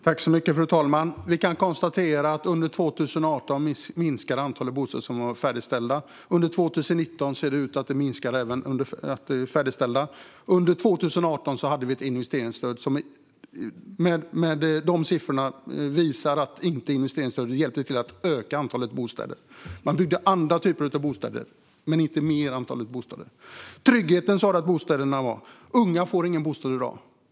Fru talman! Man kan konstatera att antalet bostäder som färdigställdes under 2018 minskade. Antalet som färdigställs ser också ut att minska 2019. Under 2018 fanns ett investeringsstöd, och siffrorna visar att detta inte hjälpte till att öka antalet bostäder. Man byggde andra typer av bostäder, men inte ett större antal. Ministern sa att en bostad ger trygghet. Unga får i dag ingen bostad.